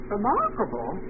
Remarkable